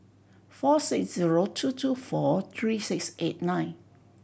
four six zero two two four three six eight nine